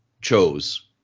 chose